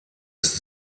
ist